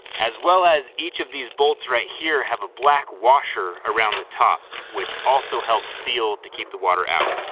as well as, each of these bolts right here have a black washer around the top which also helps seal to keep the water out.